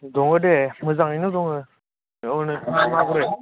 दङ दे मोजाङैनो दङ औ नोंथाङा माबोरै